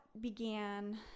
began